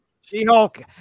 She-Hulk